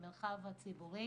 במרחב הציבורי